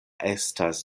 estas